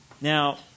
Now